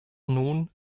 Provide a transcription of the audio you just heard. nun